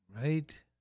right